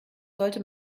sollte